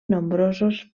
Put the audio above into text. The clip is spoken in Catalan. nombrosos